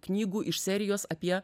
knygų iš serijos apie